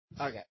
Okay